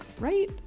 right